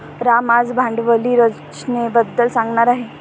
राम आज भांडवली रचनेबद्दल सांगणार आहे